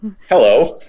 Hello